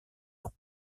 ans